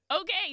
Okay